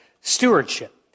stewardship